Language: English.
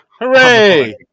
Hooray